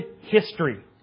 history